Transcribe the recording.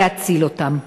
להציל אותם.